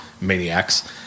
maniacs